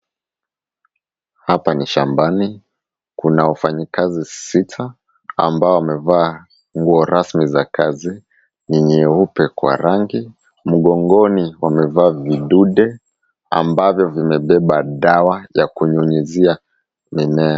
Hapa ni shambani. Kuna wafanyikazi sita ambao wamevaa nguo rasmi za kazi . Ni nyeupe kwa rangi . Mgogoni wamevaa vidude ambavyo vimebeba dawa ya kunyunyizia mimea.